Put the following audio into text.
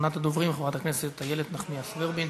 ראשונת הדוברים, חברת הכנסת איילת נחמיאס ורבין.